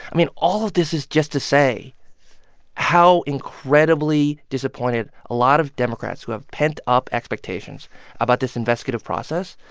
i mean, all of this is just to say how incredibly disappointed a lot of democrats who have pent up expectations about this investigative process,